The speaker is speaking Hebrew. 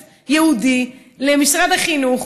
אבל הכנסתי כסף ייעודי למשרד החינוך,